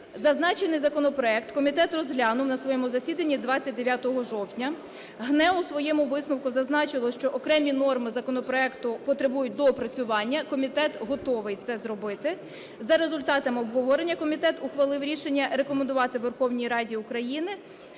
Зазначений законопроект комітет розглянув на своєму засіданні 29 жовтня. ГНЕУ у своєму висновку зазначило, що окремі норми законопроекту потребують доопрацювання, комітет готовий це зробити. За результатами обговорення комітет ухвалив рішення рекомендувати Верховній Раді України